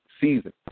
season